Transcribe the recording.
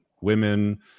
women